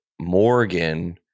Morgan